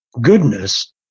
goodness